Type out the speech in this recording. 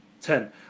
Ten